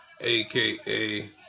AKA